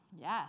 Yes